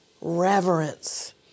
reverence